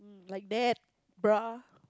like that bruh